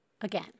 again